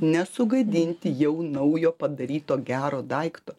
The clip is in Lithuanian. nesugadinti jau naujo padaryto gero daikto